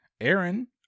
Aaron